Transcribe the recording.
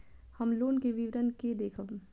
हम लोन के विवरण के देखब?